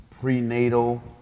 prenatal